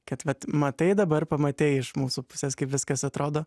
kad vat matai dabar pamatei iš mūsų pusės kaip viskas atrodo